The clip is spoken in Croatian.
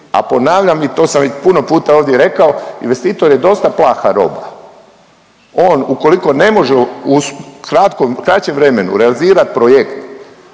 A ponavljam i to sam već puno puta ovdje rekao, investitor je dosta plaha roba, on ukoliko ne može u kraćem vremenu realizirat projekt,